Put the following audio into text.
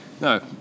no